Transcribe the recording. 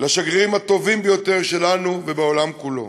לשגרירים הטובים ביותר שלנו בעולם כולו.